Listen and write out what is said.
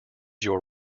your